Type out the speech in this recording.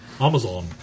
Amazon